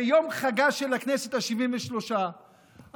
ביום חגה ה-73 של הכנסת,